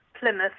Plymouth